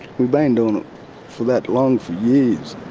we've been doing for that long, for years.